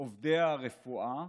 עובדי הרפואה,